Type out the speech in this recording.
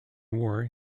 war